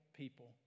people